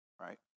right